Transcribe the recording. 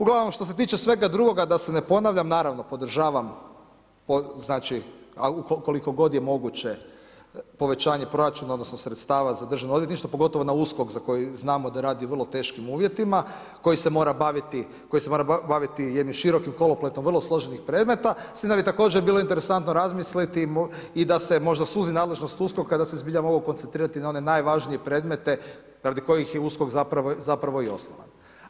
Uglavnom, što se tiče svega drugoga, da se ne ponavljam, naravno, podržavam znači, koliko god je moguće povećanje proračuna, odnosno sredstava za državno odvjetništvo, pogotovo na USKOK za koji znamo da radi u vrlo teškim uvjetima, koji se mora baviti jednim širokim kolopletom vrlo složenih predmeta, s tim da bi također bilo interesantno razmisliti i da se možda suzi nadležnost USKOK-a da se zbilja mogu koncentrirati na one najvažnije predmete radi kojih je USKOK zapravo i osnovan.